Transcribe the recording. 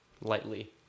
Lightly